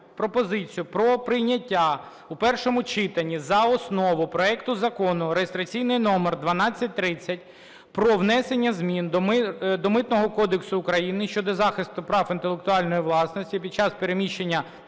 пропозицію про прийняття у першому читанні за основу проекту Закону (реєстраційний номер 1230) про внесення змін до Митного кодексу України щодо захисту прав інтелектуальної власності під час переміщення